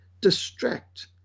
distract